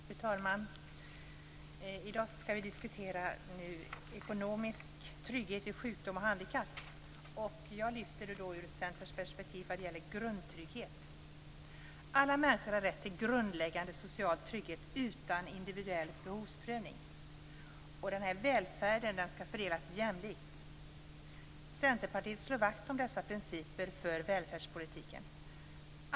Fru talman! I dag skall vi diskutera ekonomisk trygghet vid sjukdom och handikapp. Jag lyfter fram Centerns perspektiv vad det gäller grundtrygghet. Alla människor har rätt till grundläggande social trygghet utan individuell behovsprövning. Denna välfärd skall fördelas jämlikt. Centerpartiet slår vakt om dessa principer för välfärdspolitiken.